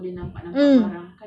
mm